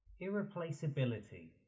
Irreplaceability